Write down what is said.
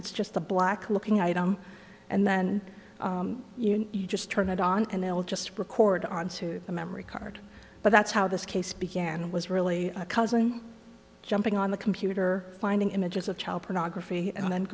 it's just a black looking item and then you just turn it on and they'll just record onto a memory card but that's how this case began was really a cousin jumping on the computer finding images of child pornography and then